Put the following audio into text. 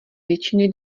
většiny